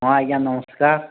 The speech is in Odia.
ହଁ ଆଜ୍ଞା ନମସ୍କାର୍